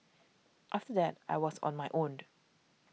after that I was on my own